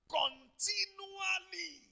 continually